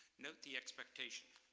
note the expectation.